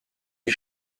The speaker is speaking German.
die